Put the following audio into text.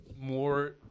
more